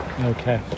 Okay